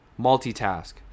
multitask